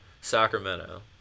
Sacramento